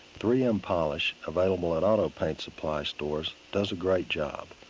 three m polish available at auto paint supply stores does a great job.